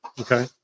Okay